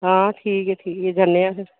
हां ठीक ऐ ठीक ऐ फ्ही जन्ने आं